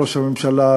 ראש הממשלה,